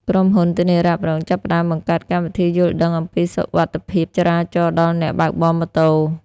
ក្រុមហ៊ុន ធានារ៉ាប់រង ចាប់ផ្ដើមបង្កើតកម្មវិធីយល់ដឹងអំពីសុវត្ថិភាពចរាចរណ៍ដល់អ្នកបើកបរម៉ូតូ។